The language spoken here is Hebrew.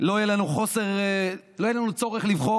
לא יהיה לנו צורך לבחור.